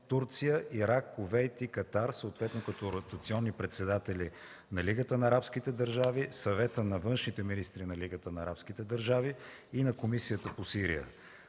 Турция, Ирак, Кувейт и Катар съответно като ротационни председатели на Лигата на арабските държави, Съвета на външните министри на Лигата на арабските държави и на Комисията по Сирия.